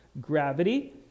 gravity